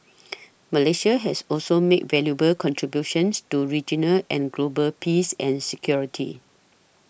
Malaysia has also made valuable contributions to regional and global peace and security